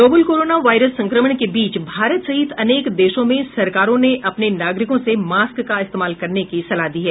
novel corona virus संक्रमण के बीच भारत सहित अनेक देशों में सरकारों ने अपने नागरिकों से मास्क का इस्तेमाल करने की सलाह दी है